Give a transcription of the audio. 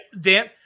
Dan